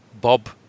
Bob